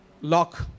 Lock